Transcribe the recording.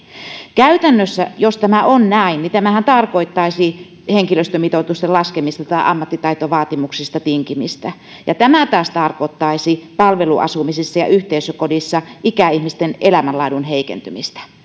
käytännössä jos tämä on näin tämähän tarkoittaisi henkilöstömitoitusten laskemista tai ammattitaitovaatimuksista tinkimistä ja tämä taas tarkoittaisi palveluasumisessa ja yhteisökodissa ikäihmisten elämänlaadun heikentymistä